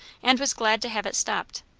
and was glad to have it stopped.